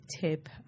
tip